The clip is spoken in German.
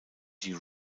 die